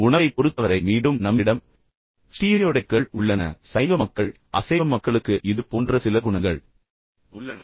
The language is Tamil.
உணவைப் பொறுத்தவரை மீண்டும் நம்மிடம் ஸ்டீரியோடைப்கள் உள்ளன சைவ மக்கள் இது போன்றவர்கள் சைவ உணவு உண்பவர்கள் அல்லாதவர்களுக்கு இது போன்ற சில குணங்கள் உள்ளன